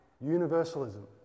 universalism